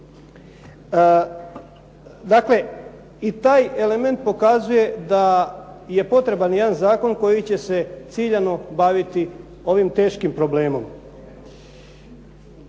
Dakle, i taj element pokazuje da je potreban jedan zakon koji će se ciljano baviti ovim teškim problemom.